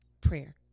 prayer